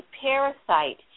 parasite